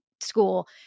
school